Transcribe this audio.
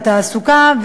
בתעסוקה,